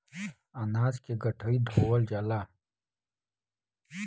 अनाज के गठरी धोवल जाला